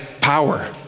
power